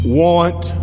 want